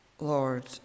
lord